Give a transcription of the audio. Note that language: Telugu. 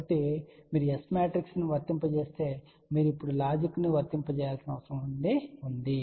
కాబట్టి మీరు S మ్యాట్రిక్స్ ను వర్తింపజేస్తే మీరు ఇప్పుడు లాజిక్ని వర్తింపజేయవలసిన అవసరం ఉంది